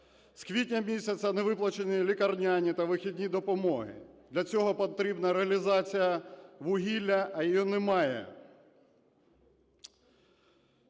З квітня місяця не виплачені лікарняні та вихідні допомоги, для цього потрібна реалізація вугілля, а її немає.